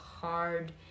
hard